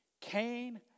Cain